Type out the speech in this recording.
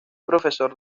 profesor